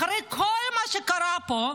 אחרי כל מה שקרה פה,